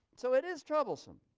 so it is troublesome,